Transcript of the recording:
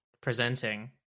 presenting